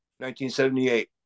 1978